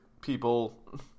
people